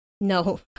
No